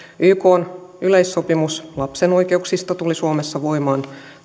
ykn yleissopimus lapsen oikeuksista tuli suomessa voimaan